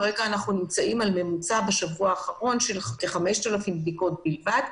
כרגע אנחנו נמצאים על ממוצע בשבוע האחרון של כ-5,000 בדיקות בלבד.